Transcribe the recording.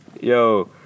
Yo